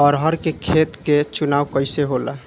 अरहर के खेत के चुनाव कइसे होला?